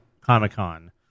Comic-Con